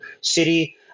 city